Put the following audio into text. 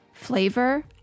flavor